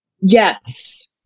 Yes